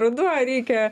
ruduo reikia